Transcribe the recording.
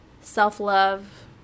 self-love